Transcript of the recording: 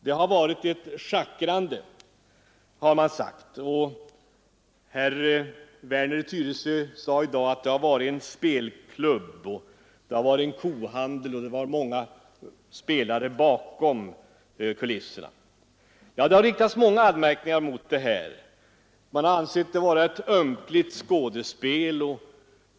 Man har sagt att det har varit ett schackrande, och herr Werner i Tyresö talade nyss om att det har varit en spelklubb och en kohandel samt att det fanns många spelare bakom kulisserna. Ja, det har riktats många anmärkningar mot förhandlingarna, som man bl.a. har ansett vara ett ömkligt skådespel.